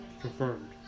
confirmed